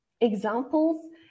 examples